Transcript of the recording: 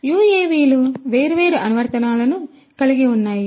యుఎవిలు వేర్వేరు అనువర్తనాలను కలిగి ఉన్నాయి